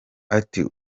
ati